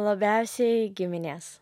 labiausiai giminės